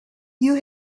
you